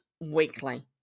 weekly